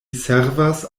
servas